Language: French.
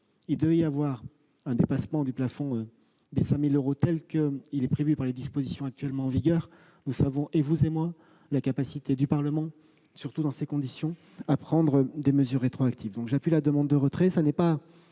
devait y avoir un dépassement du plafond des 5 000 euros, tel qu'il est prévu par les dispositions actuellement en vigueur, nous connaissons, vous et moi, la capacité du Parlement, surtout dans ces conditions, à prendre des mesures rétroactives. J'appuie donc la demande de retrait